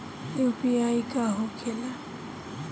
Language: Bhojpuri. यू.पी.आई का होखेला?